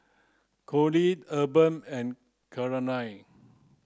Conley Urban and Claire